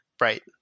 Right